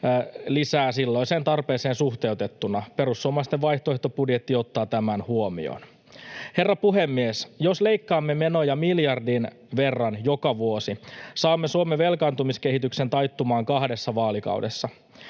lisää, silloiseen tarpeeseen suhteutettuna. Perussuomalaisten vaihtoehtobudjetti ottaa tämän huomioon. Herra puhemies! Jos leikkaamme menoja miljardin verran joka vuosi, saamme Suomen velkaantumiskehityksen taittumaan kahdessa vaalikaudessa.